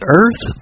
earth